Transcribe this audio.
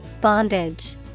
Bondage